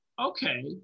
okay